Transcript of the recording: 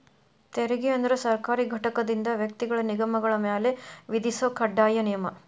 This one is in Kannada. ತೆರಿಗೆ ಅಂದ್ರ ಸರ್ಕಾರಿ ಘಟಕದಿಂದ ವ್ಯಕ್ತಿಗಳ ನಿಗಮಗಳ ಮ್ಯಾಲೆ ವಿಧಿಸೊ ಕಡ್ಡಾಯ ನಿಯಮ